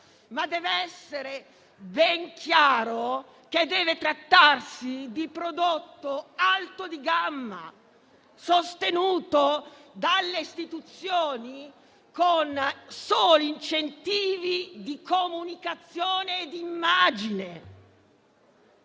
ma deve essere ben chiaro che deve trattarsi di prodotto alto di gamma, sostenuto dalle istituzioni con soli incentivi di comunicazione e d'immagine,